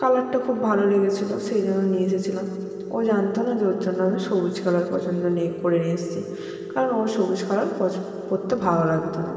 কালারটা খুব ভালো লেগেছিলো সেই জন্য নিয়ে এসেছিলাম ও জানতো না যে ওর জন্য আমি সবুজ কালার পছন্দ নিয়ে করে নিয়ে এসছি কারণ ওর সবুজ কালার পছ পরতে ভালো লাগতো না